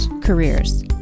careers